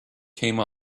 came